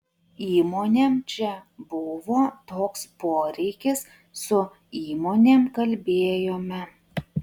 įmonėm čia buvo toks poreikis su įmonėm kalbėjome